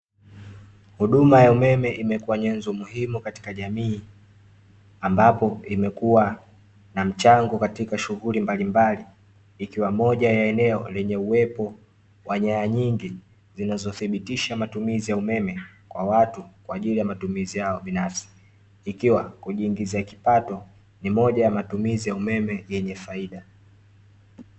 Huduma ya umeme imekuwa nyenzo muhimu katika jamii, ambapo imekuwa na mchango katika shughuli mbalimbali ikiwa moja ya eneo lenye uwepo wa nyaya nyingi zinazothibitisha matumizi ya umeme kwa watu kwaajili ya matumizi yao binafsi, ikiwa kujiingizia kipato ni moja ya matumizi ya umeme yenye faida.